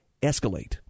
escalate